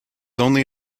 only